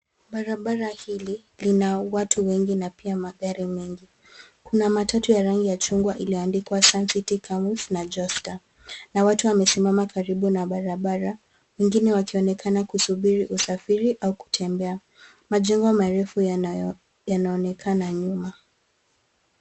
Barabara hili lina watu wengi na pia magari mengi. Kuna matatu ya rangi ya machungwa iliyoandikwa, suncity camels na joster, na watu wamesimama karibu na barabara wengine wakionekana kusubiri usafiri au kutembea. Majengo marefu yanaonekana nyuma.